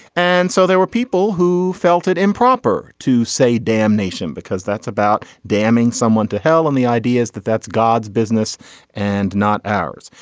and so there were people who felt it improper to say damnation because that's about damning someone to hell and the idea is that that's god's business and not ours.